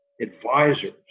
advisors